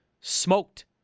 smoked